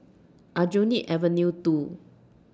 Aljunied Avenue two